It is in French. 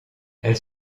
elle